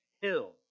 Hill